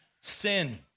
sin